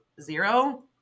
zero